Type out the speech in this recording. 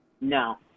no